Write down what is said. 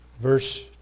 Verse